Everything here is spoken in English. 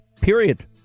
period